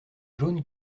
jaune